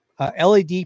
LED